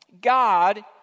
God